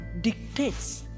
dictates